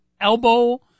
elbow